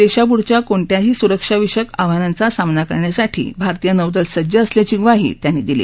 देशाप्ढच्या कोणत्याही स्रक्षा विषयक आव्हानाचा सामना करण्यासाठी भारतीय नौदल सज्ज असल्याची ग्वाही त्यांनी दिली